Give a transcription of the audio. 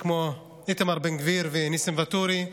כמו איתמר בן גביר וניסים ואטורי,